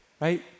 right